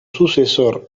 sucesor